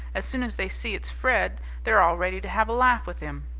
as soon as they see it's fred they're all ready to have a laugh with him.